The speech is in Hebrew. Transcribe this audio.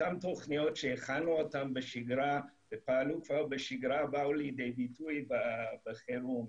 אותן תוכניות שהכנו בשגרה ופעלו כבר בשגרה באו לידי ביטוי בחירום,